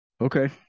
Okay